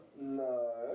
No